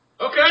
Okay